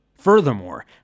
Furthermore